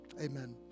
Amen